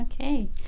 Okay